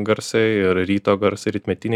garsai ir ryto garsai rytmetiniai